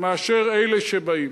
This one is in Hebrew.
מאלה שבאים.